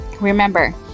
Remember